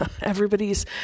Everybody's